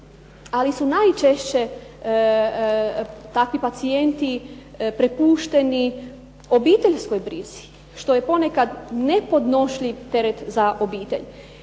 ali su najčešće takvi pacijenti prepušteni obiteljskoj brizi što je ponekad nepodnošljiv teret za obitelj.